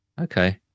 okay